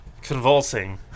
convulsing